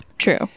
True